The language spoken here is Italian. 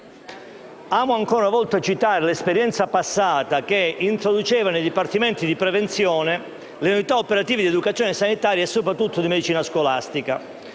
ancora una volta l'esperienza passata che introduceva nei dipartimenti di prevenzione le unità operative di educazione sanitaria e soprattutto di medicina scolastica